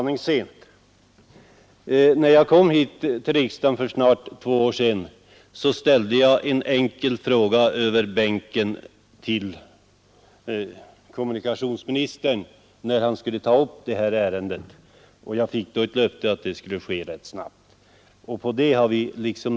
När jag kom hit till riksdagen för snart två år sedan, frågade jag kommunikationsministern över bänken, när han skulle ta upp det här ärendet. Jag fick då ett löfte att det skulle ske rätt snabbt, och på det har vi levt.